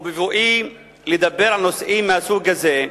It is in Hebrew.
בבואי לדבר על נושאים מהסוג הזה,